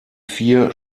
vier